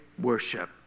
worship